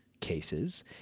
cases